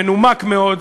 מנומק מאוד,